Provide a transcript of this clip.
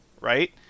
right